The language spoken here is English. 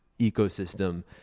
ecosystem